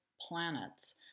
planets